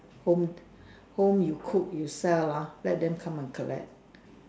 home home you cook you sell ah let them come and collect